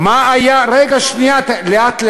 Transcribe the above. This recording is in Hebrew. מה היה תגיד לנו,